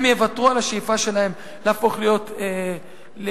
הם יוותרו על השאיפה שלהם להפוך להיות ליהודים.